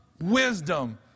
wisdom